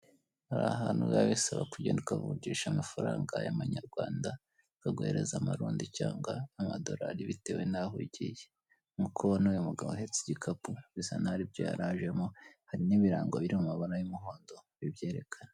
Hari ahantu biba bisaba ko ugenda ukavunjisha amafaranga ya manyarwanda bakaguhereza amarundi cyangwa amadorari bitewe n'aho ugiye. Nkuko ubona uyu mugabo ahetse igikapu bisa naho aribyo yari ajemo hari n'ibirango biri mu mabara y'umuhondo bibyerekana.